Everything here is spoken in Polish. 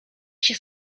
się